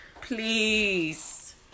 Please